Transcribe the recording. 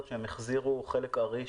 לדעתי, שלושה חודשים זאת תקופה ארוכה מאוד.